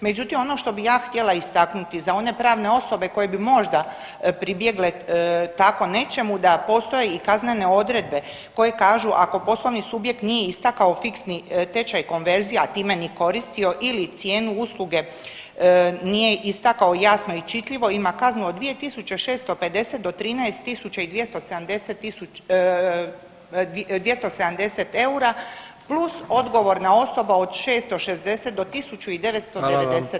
Međutim, ono što bi ja htjela istaknuti za one pravne osobe koje bi možda pribjegle tako nečemu da postoje i kaznene odredbe koje kažu ako poslovni subjekt nije istakao fiksni tečaj konverzije, a time ni koristio ili cijenu usluge nije istakao jasno i čitljivo ima kaznu od 2.650 do 13.270 eura plus odgovorna osoba od 660 do 1.990 eura.